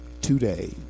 today